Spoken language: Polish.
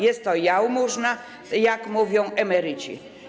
Jest to jałmużna, jak mówią emeryci.